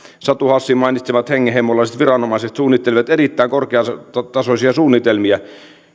satu hassin mainitsemat hengenheimolaiset viranomaiset suunnittelivat erittäin korkeatasoisia suunnitelmia